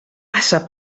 passa